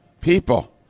People